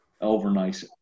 overnight